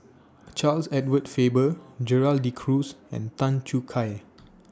Charles Edward Faber Gerald De Cruz and Tan Choo Kai